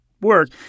work